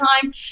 time